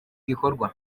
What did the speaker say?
gikorwa